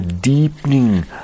deepening